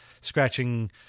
scratching